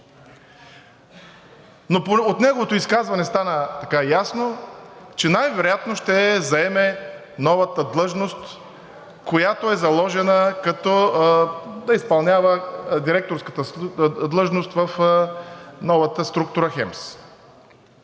но от неговото изказване стана така ясно, че най-вероятно ще заеме новата длъжност – да изпълнява директорската длъжност в новата структура ХЕМС.